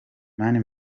mani